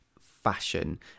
fashion